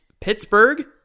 Pittsburgh